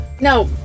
No